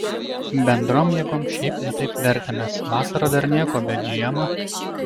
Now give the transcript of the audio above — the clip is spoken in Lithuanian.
bendrom jėgom šiaip ne taip vertėmės vasarą dar nieko bet žiemą